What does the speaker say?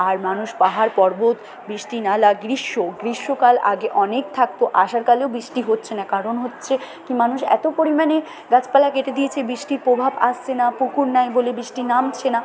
আর মানুষ পাহাড় পর্বত বৃষ্টি নালা গ্রীষ্ম গ্রীষ্মকাল আগে অনেক থাকতো আষাঢ়কালেও বৃষ্টি হচ্ছে না কারণ হচ্ছে কি মানুষ এত পরিমাণে গাছপালা কেটে দিয়েছে বৃষ্টির প্রভাব আসছে না পুকুর নাই বলে বৃষ্টি নামছে না